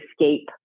escape